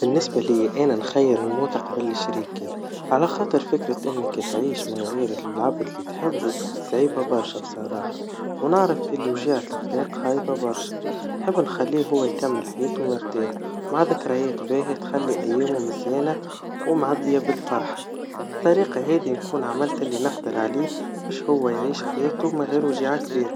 بالنسبا لي, أنا نخير الموت قبل شريكي, على خاطر فكرة انك تعيش من غير العبد اللي تحبه, صعيبا برشا بصراحا, ونعرف اللي وجيعة الفراق خيبا برشا, نحب نخليه هوا يكمل حياته مرتاح, ومع ذكريات باهيا تخلي أيامه زينا, ومعبيا بالفرحا, بالطريقا هذي نكون عملت اللي نقدر عليه, باش هوا يعيش حياته من غير وجيعا كبيرا.